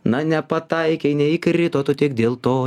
na nepataikei neįkrito tu tik dėl to